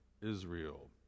Israel